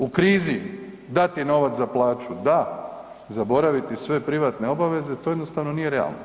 U krizi dati novac za plaću da, zaboraviti sve privatne obaveze to jednostavno nije realno.